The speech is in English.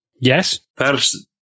yes